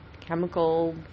chemical